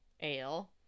ale